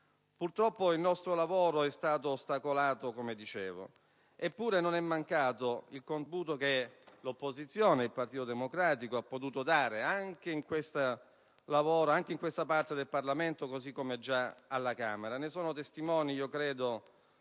Purtroppo il nostro lavoro è stato ostacolato; eppure, non è mancato il contributo che l'opposizione e il Partito Democratico hanno dato anche in questo ramo del Parlamento, così come alla Camera. Ne sono testimoni il